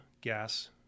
gas